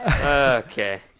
Okay